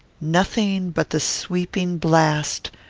nothing but the sweeping blast,